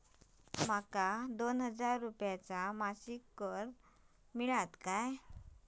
माका दोन हजार रुपये मासिक कर्ज मिळात काय?